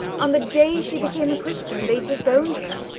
on the day she became a christian they disowned her,